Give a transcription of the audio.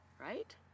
Right